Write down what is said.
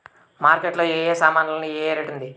Market లో ఏ ఏ సామాన్లు ఏ ఏ రేటు ఉంది?